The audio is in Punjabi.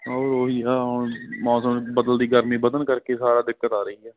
ਹੋਰ ਉਹ ਹੀ ਹੈ ਹੁਣ ਮੌਸਮ ਬਦਲਦੀ ਗਰਮੀ ਵਧਣ ਕਰਕੇ ਸਾਰਾ ਦਿੱਕਤ ਆ ਰਹੀ ਆ